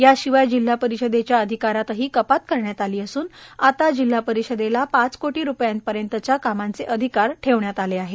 याशिवाय जिल्हा परिषदेच्या अधिकारातही कपात करण्यात आली असून आता जिल्हा परीषदेला पाच कोटी रुपयांपर्यंतच्या कामांचे अधिकार ठेवण्यात आले आहेत